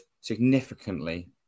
significantly